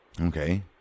Okay